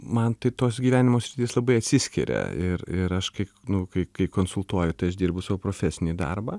man tai tos gyvenimo sritys labai atsiskiria ir ir aš kai nu kai kai konsultuoju tai aš dirbu savo profesinį darbą